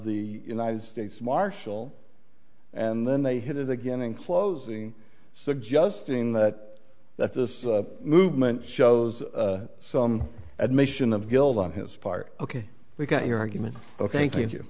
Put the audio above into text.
the united states marshal and then they hit it again in closing suggesting that that this movement shows some admission of guilt on his part ok we've got your argument ok thank you